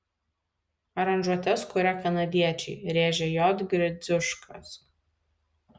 aranžuotes kuria kanadiečiai rėžė j gridziuškas